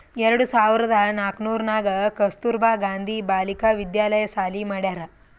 ಎರಡು ಸಾವಿರ್ದ ನಾಕೂರ್ನಾಗ್ ಕಸ್ತೂರ್ಬಾ ಗಾಂಧಿ ಬಾಲಿಕಾ ವಿದ್ಯಾಲಯ ಸಾಲಿ ಮಾಡ್ಯಾರ್